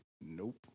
Nope